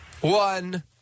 one